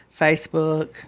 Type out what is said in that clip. Facebook